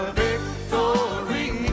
victory